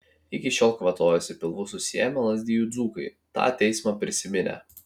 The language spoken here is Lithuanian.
iki šiol kvatojasi pilvus susiėmę lazdijų dzūkai tą teismą prisiminę